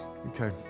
Okay